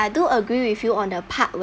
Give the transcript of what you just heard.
I do agree with you on the part where